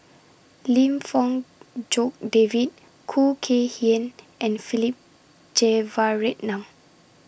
Lim Fong Jock David Khoo Kay Hian and Philip Jeyaretnam